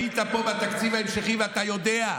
היית פה בתקציב ההמשכי ואתה יודע,